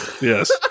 Yes